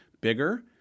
bigger